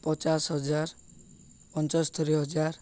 ପଚାଶ ହଜାର ପଞ୍ଚସ୍ତରୀ ହଜାର